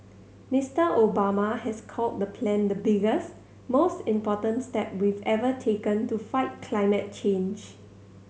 Mister Obama has called the plan the biggest most important step we've ever taken to fight climate change